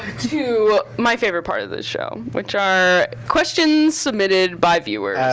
to my favorite part of this show, which are questions submitted by viewers. i